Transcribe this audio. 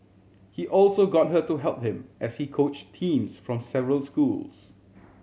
he also got her to help him as he coach teams from several schools